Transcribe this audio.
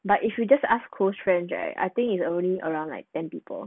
but if you just ask close friends right I think is only around like ten people